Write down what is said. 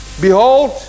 behold